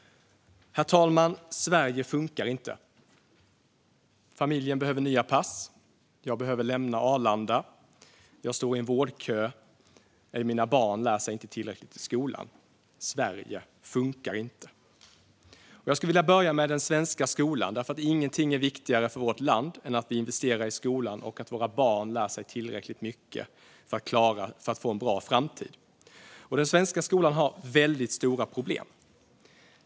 Herr talman! Sverige funkar inte. Familjen behöver nya pass. Jag behöver lämna Arlanda. Jag står i en vårdkö. Mina barn lär sig inte tillräckligt i skolan. Sverige funkar inte. Jag vill börja med den svenska skolan. Ingenting är viktigare för vårt land än att vi investerar i skolan och att våra barn lär sig tillräckligt mycket för att få en bra framtid. Den svenska skolan har väldigt stora problem.